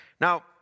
Now